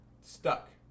stuck